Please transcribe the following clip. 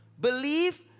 believe